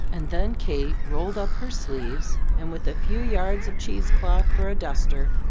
and then kate rolled up her sleeves and with a few yards of cheese-cloth for a duster,